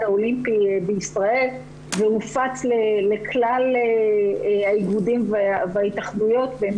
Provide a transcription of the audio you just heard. האולימפי בישראל והופץ לכלל האיגודים וההתאחדויות והם